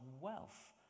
wealth